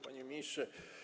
Panie Ministrze!